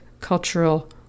cultural